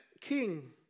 king